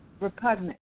repugnant